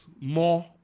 more